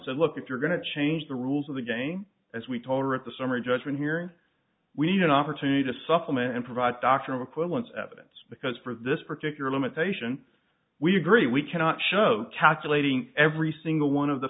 say look if you're going to change the rules of the game as we tore at the summary judgment here we need an opportunity to supplement and provide doctoral equivalence evidence because for this particular limitation we agree we cannot show calculating every single one of the